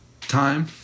time